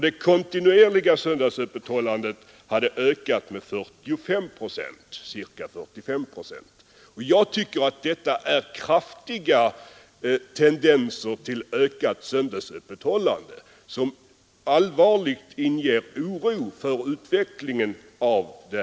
Det kontinuerliga söndagsöppethållandet hade ökat med ca 45 procent. Jag tycker att detta är kraftiga tendenser till söndagsöppethållande som inger allvarlig oro för utvecklingen.